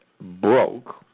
broke